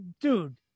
dude